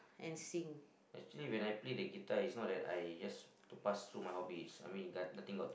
and sing